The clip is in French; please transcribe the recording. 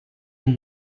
une